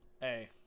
Hey